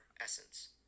essence